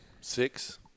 Six